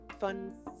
fun